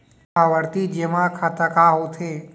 आवर्ती जेमा खाता का होथे?